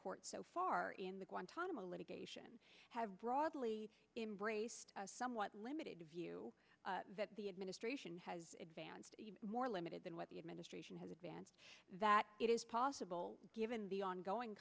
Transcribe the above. court so far in the guantanamo litigation have broadly embraced a somewhat limited view that the administration has advanced more limited than what the administration has advanced that it is possible given the ongoing